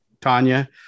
tanya